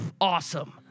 awesome